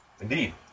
indeed